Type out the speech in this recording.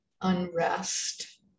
unrest